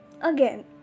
Again